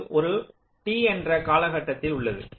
இது ஒரு T என்ற காலகட்டத்தில் உள்ளது